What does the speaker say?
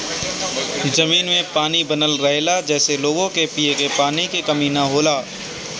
जमीन में पानी बनल रहेला जेसे लोग के पिए के पानी के कमी ना होला